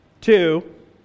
Two